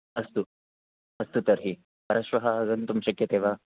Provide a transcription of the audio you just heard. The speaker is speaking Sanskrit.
अस्तु अस्तु तर्हि परश्वः आगन्तुं शक्यते वा